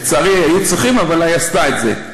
לצערי, היו צריכים, אבל היא עשתה את זה.